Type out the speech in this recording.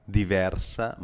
diversa